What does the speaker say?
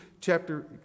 chapter